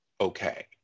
okay